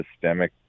systemic